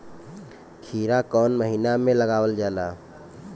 खीरा कौन महीना में लगावल जाला?